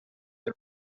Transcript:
that